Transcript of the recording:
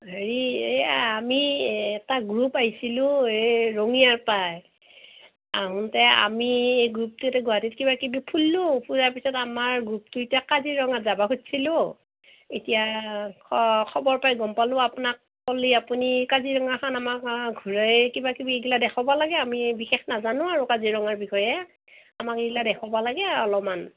হেৰি এই আমি এটা গ্ৰুপ আহিছিলোঁ এই ৰঙিয়াৰপাই আহোঁতে আমি গ্ৰুপটোৱে ইয়াত গুৱাহাটীত কিবা কিবি ফুল্লো ফুৰাৰ পিছত আমাৰ গ্ৰুপটো এতিয়া কাজিৰঙা যাব খুজিছিলো এতিয়া খ খবৰ পাই গম পালো আপোনাক ক'লে আপুনি কাজিৰঙাখন আমাক ঘূৰাই কিবা কিবি এইগিলা দেখাব লাগে আমি বিশেষ নাজানো আৰু কাজিৰঙাৰ বিষয়ে আমাক এইগিলা দেখুৱাব লাগে অলপমান